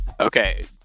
Okay